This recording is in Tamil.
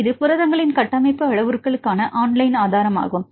இது புரதங்களின் கட்டமைப்பு அளவுருக்களுக்கான ஆன்லைன் ஆதாரமாகும்